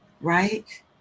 right